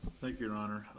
thank you, your honor.